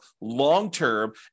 long-term